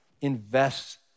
Invest